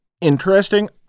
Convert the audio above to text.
interesting